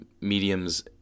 mediums